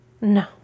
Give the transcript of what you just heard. No